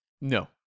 No